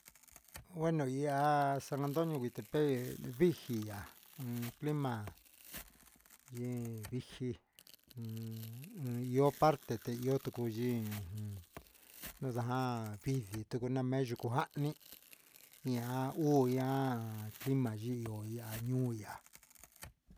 Bueno ihá san antoni huitepec huiji ihá un ndima'a vinji, un ihó perte ihó kutijin, ujun najan vidii tunu namen yuku janní ihá ngu ian clima ihó ya'á ñiui ya'á.